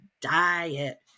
diet